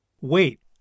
Wait